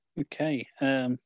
Okay